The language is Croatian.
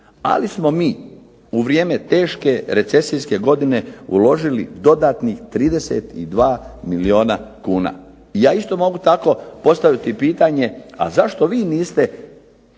Ali smo mi u vrijeme teške recesijske godine uložili dodatnih 32 milijuna kuna. Ja isto mogu tako postaviti pitanje a zašto vi niste